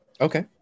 Okay